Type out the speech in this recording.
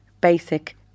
basic